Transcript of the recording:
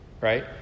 Right